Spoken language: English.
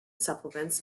supplements